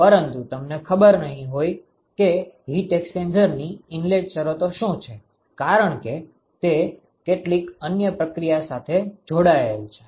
પરંતુ તમને ખબર નહીં હોય કે હીટ એક્સ્ચેન્જરની ઇનલેટ શરતો શું છે કારણ કે તે કેટલીક અન્ય પ્રક્રિયા સાથે જોડાય છે